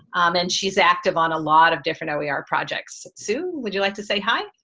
and she's active on a lot of different oer projects. sue would you like to say hi?